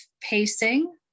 pacing